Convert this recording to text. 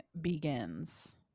begins